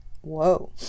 Whoa